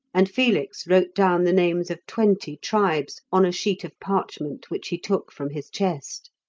and felix wrote down the names of twenty tribes on a sheet of parchment which he took from his chest.